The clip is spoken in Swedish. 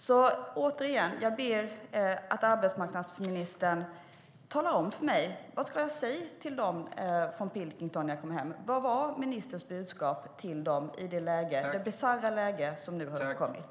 Jag ber återigen att arbetsmarknadsministern talar om för mig vad jag ska säga till dem från Pilkington när jag kommer hem. Vad är ministerns budskap till dem i det bisarra läge som nu har uppkommit?